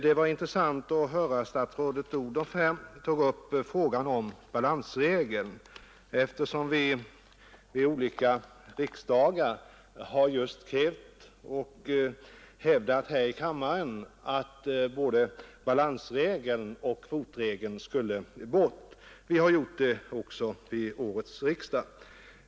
Det var intressant att höra att statsrådet Odhnoff tog upp frågan om balansregeln, eftersom vi just har krävt vid olika riksdagar och hävdat här i kammaren att både balansregeln och kvotregeln skulle tas bort. Vi har gjort det även vid årets riksdag.